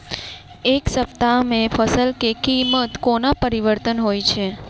एक सप्ताह मे फसल केँ कीमत कोना परिवर्तन होइ छै?